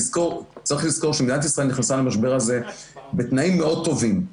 צריך לזכור שמדינת ישראל נכנסה למשבר הזה בתנאים מאוד טובים.